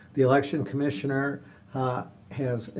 the election commissioner has